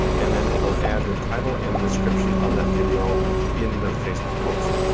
and then it'll add the title and description of that video in the facebook post.